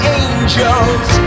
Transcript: angels